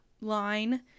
line